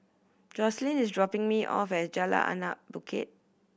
Joseline is dropping me off at Jalan Anak Bukit